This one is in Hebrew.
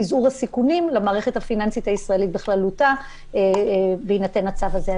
מזעור הסיכונים למערכת הפיננסית הישראלית בכללותה בהינתן הצו הזה.